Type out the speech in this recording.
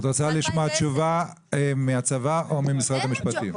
את רוצה לשמוע תשובה מהצבא או ממשרד המשפטים?